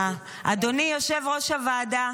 אדוני יושב-ראש הוועדה,